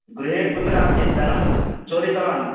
गृहे कुत्र आसीत् धनं चोरितवान्